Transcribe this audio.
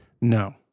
No